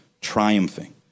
triumphing